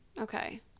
Okay